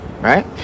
Right